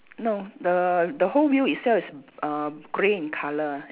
no the the whole wheel itself is err grey in colour